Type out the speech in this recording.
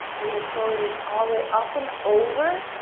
you're gonna slowly reach all the way up and over,